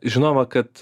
žinoma kad